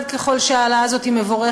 1. ככל שההעלאה הזאת מבורכת,